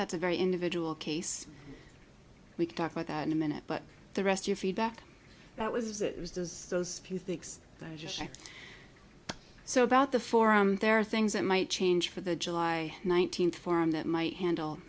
that's a very individual case we could talk about that in a minute but the rest your feedback that was it was just those few thinks i just checked so about the forum there are things that might change for the july nineteenth forum that might handle